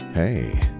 Hey